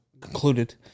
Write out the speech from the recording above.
concluded